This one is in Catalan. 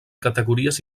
categories